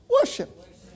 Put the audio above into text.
Worship